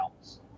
else